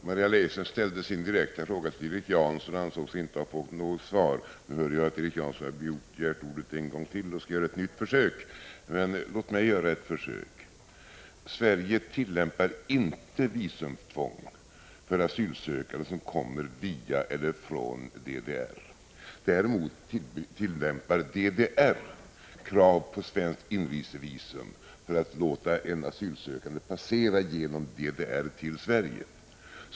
Fru talman! Maria Leissner ställde sin direkta fråga till Erik Janson och ansåg sig inte ha fått något svar. Nu hör jag att Erik Janson begärt ordet en gång till och skall göra ett nytt försök, men låt ändå mig försöka! Sverige tillämpar inte visumtvång för asylsökande som kommer via eller från DDR. Däremot ställer DDR krav på svenskt inresevisum för att låta en asylsökande passera genom DDR till Sverige.